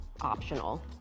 optional